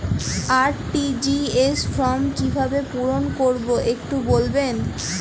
RTGS form কিভাবে পূরণ করবো একটু বলবেন?